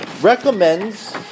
recommends